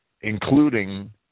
including